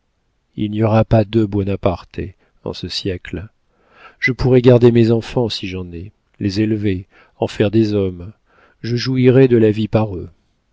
il n'y aura pas deux buonaparte en ce siècle je pourrai garder mes enfants si j'en ai les élever en faire des hommes je jouirai de la vie par eux